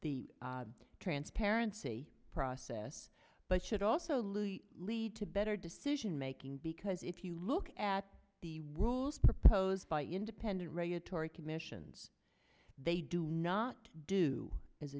the transparency process but should also louis lead to better decision making because if you look at the rules proposed by independent regulatory commissions they do not do as